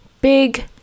big